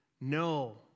No